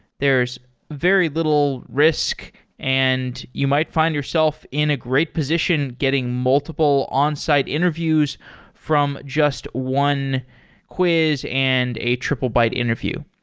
there's very little risk and you might find yourself in a great position getting multiple onsite interviews from just one quiz and a triplebyte interview.